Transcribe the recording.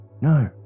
No